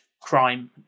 crime